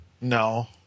No